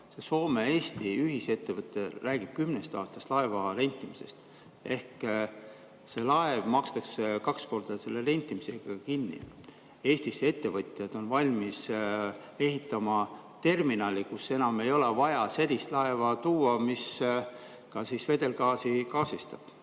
see Soome-Eesti ühisettevõte räägib kümneks aastaks laeva rentimisest ehk see laev makstakse kaks korda rentimisega kinni. Eestisse ettevõtjad on valmis ehitama terminali, kus enam ei ole vaja sellist laeva tuua, mis ka vedelgaasi gaasistab.